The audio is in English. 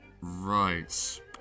Right